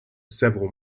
several